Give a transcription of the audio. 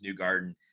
Newgarden